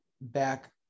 back